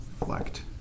Reflect